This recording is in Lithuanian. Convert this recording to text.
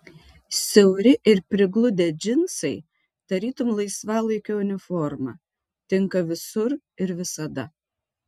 siauri ir prigludę džinsai tarytum laisvalaikio uniforma tinka visur ir visada